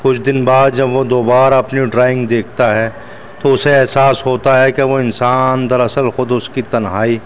کچھ دن بعد جب وہ دوبارہ اپنی ڈرائنگ دیکھتا ہے تو اسے احساس ہوتا ہے کہ وہ انسان در اصل خود اس کی تنہائی